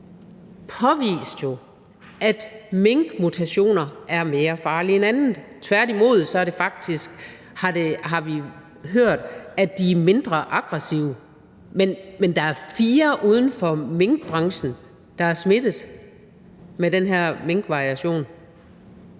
påvist, at minkmutationer er mere farlige end andet – tværtimod, vi har faktisk hørt, at de er mindre aggressive. Men der er fire uden for minkbranchen, der er smittet med den her minkmutation.